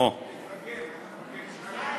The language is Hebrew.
ראשון בקדנציה הזאת.